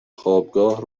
خوابگاه